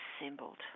assembled